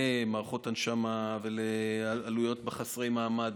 ועד למערכות הנשמה ולעלויות של חסרי מעמד.